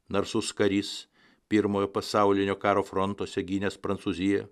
narsus karys pirmojo pasaulinio karo frontuose gynęs prancūziją